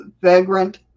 vagrant